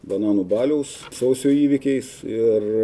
bananų baliaus sausio įvykiais ir